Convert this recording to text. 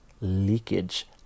leakage